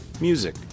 music